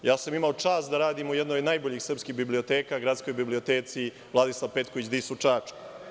Imao sam čast da radim u jednoj od najboljih srpskih biblioteka, Gradskoj biblioteci – Vladislav Petković Dis u Čačku.